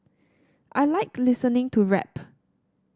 I like listening to rap